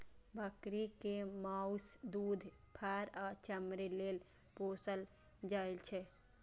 बकरी कें माउस, दूध, फर आ चमड़ी लेल पोसल जाइ छै